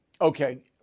Okay